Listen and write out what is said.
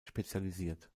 spezialisiert